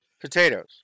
Potatoes